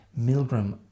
Milgram